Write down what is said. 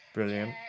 Brilliant